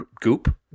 Goop